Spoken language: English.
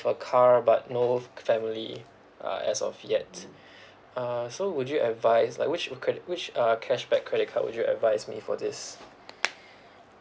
a car but no f~ family uh as of yet uh so would you advise like which cred~ which uh cashback credit card would you advise me for this